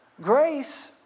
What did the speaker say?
Grace